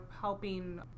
helping